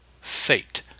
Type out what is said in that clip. Fate